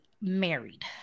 married